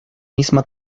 misma